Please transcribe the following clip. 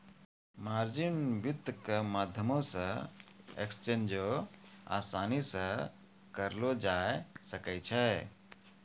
margin वित्त के माध्यमो से एक्सचेंजो असानी से करलो जाय सकै छै